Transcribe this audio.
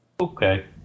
Okay